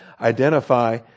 identify